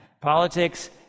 politics